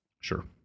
Sure